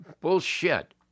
Bullshit